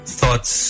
thoughts